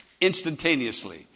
instantaneously